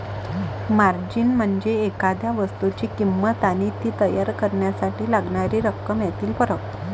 margin म्हणजे एखाद्या वस्तूची किंमत आणि ती तयार करण्यासाठी लागणारी रक्कम यातील फरक